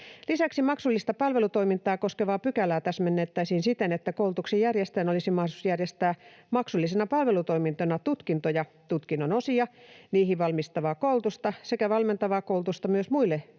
Lisäksi maksullista palvelutoimintaa koskevaa pykälää täsmennettäisiin siten, että koulutuksen järjestäjän olisi mahdollisuus järjestää maksullisena palvelutoimintona tutkintoja, tutkinnon osia, niihin valmistavaa koulutusta sekä valmentavaa koulutusta myös muille koulutuksenjärjestäjille